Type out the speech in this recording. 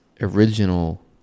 original